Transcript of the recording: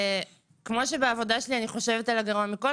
וכמו שבעבודה שלי אני חושבת על הגרוע מכול,